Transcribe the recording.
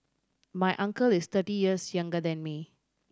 my uncle is thirty years younger than me